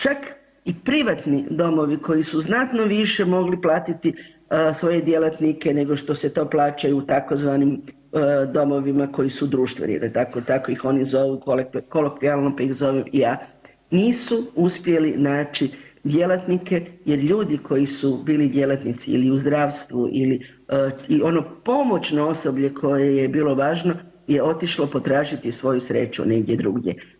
Čak i privatni domovi koji su znatno više mogli platiti svoje djelatnike nego što se to plaćaju u tzv. domovima koji su društveni … [[Govornik se ne razumije]] , tako ih oni zovu, kolokvijalno ih zovem ja, nisu uspjeli naći djelatnike jer ljudi koji su bili djelatnici ili u zdravstvu ili, i ono pomoćno osoblje koje je bilo važno je otišlo potražiti svoju sreću negdje drugdje.